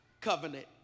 Covenant